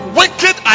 wicked